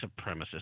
supremacist